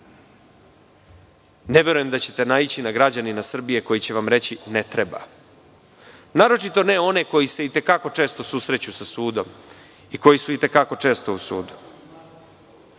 Ne verujem da ćete naići na građanina Srbije koji će vam reći – ne treba, a naročito ne one koji se i te kako često susreću sa sudom i koji su i te kako često u